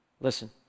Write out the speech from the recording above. Listen